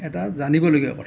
এটা জানিবলগীয়া কথা